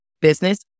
business